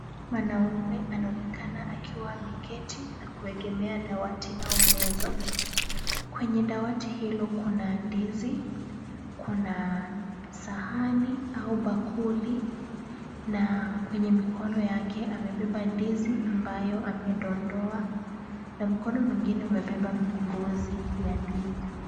Mwanaume anaonekana akiwa ameketi na kuegemea dawati au meza. Kwenye dawati hilo kuna ndizi, kuna sahani au bakuli na kwenye mikono yake amebeba ndizi ambayo amedondoa na mkono mwingine umebeba ngozi ya ndizi.